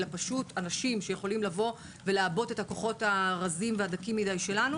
אלא פשוט אנשים שיכולים לבוא ולעבות את הכוחות הרזים והדקים מדי שלנו.